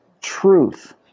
truth